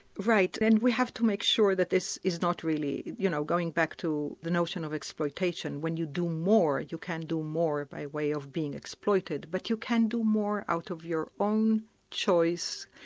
right, and we have to make sure that this is not really you know going back to the notion of exploitation. when you do more, you can do more by way of being exploited, but you can do more out of your own choice,